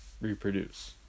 reproduce